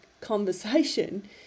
conversation